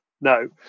No